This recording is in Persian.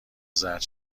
زرد